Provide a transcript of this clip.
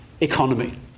economy